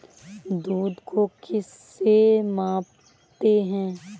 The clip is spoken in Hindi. दूध को किस से मापते हैं?